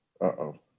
Uh-oh